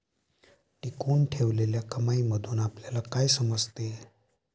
टिकवून ठेवलेल्या कमाईमधून आपल्याला काय समजते?